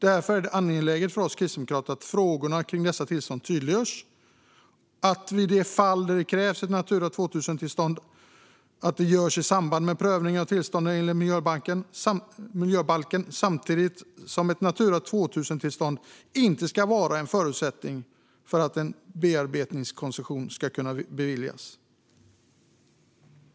Därför är det angeläget för oss kristdemokrater att frågorna kring dessa tillstånd tydliggörs och att det i de fall där det krävs ett Natura 2000-tillstånd sker i samband med prövningen av tillstånd enligt miljöbalken. Samtidigt ska ett Natura 2000-tillstånd inte vara en förutsättning för att en bearbetningskoncession ska kunna beviljas.